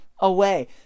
away